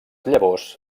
llavors